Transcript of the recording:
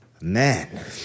Man